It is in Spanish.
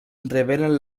revelan